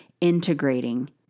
integrating